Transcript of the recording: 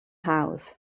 hawdd